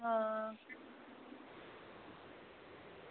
आं